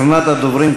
אחרונת הדוברים,